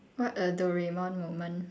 what a doraemon moment